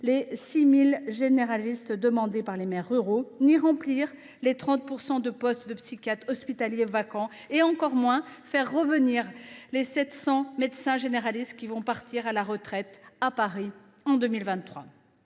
les 6 000 généralistes demandés par les maires ruraux ni de pourvoir les 30 % de postes de psychiatres hospitaliers vacants ! Cela fera encore moins revenir les 700 médecins généralistes qui sont partis à la retraite en 2023